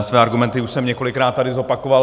Své argumenty už jsem několikrát tady zopakoval.